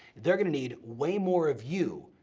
they're gonna need way more of you,